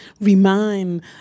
remind